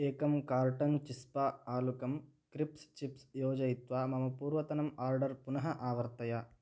एकं कार्टन् चिस्पा आलुकं क्रिप्स् चिप्स् योजयित्वा मम पूर्वतनम् आर्डर् पुनः आवर्तय